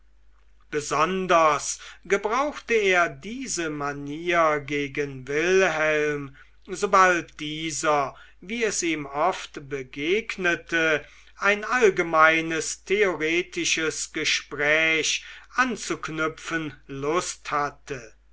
besonders gebrauchte er diese manier gegen wilhelm sobald dieser wie es ihm oft begegnete ein allgemeines theoretisches gespräch anzuknüpfen lust hatte